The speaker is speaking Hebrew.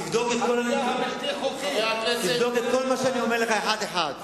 תבדוק את כל מה שאני אומר לך, אחד-אחד.